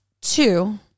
two